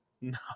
No